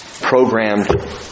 programmed